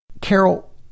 Carol